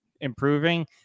improving